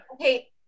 Okay